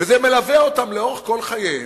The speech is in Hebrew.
וזה מלווה אותם לאורך כל חייהם.